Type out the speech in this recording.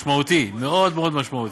משמעותי, מאוד מאוד משמעותי.